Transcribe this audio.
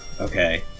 Okay